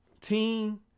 team